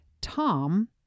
Tom